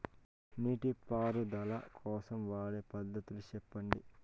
నీటి పారుదల కోసం వాడే పద్ధతులు సెప్పండి?